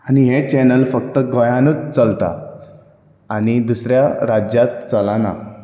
आनी हें चॅनल फकत गोंयानूच चलता आनी दुसऱ्या राज्यांत चलना